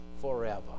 forever